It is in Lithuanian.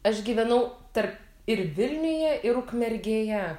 aš gyvenau tarp ir vilniuje ir ukmergėje